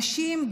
נשים,